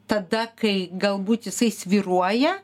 tada kai galbūt jisai svyruoja